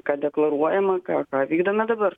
ką deklaruojama ką ką vykdome dabar